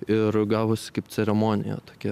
ir gavosi kaip ceremonija tokia